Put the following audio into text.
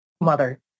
mother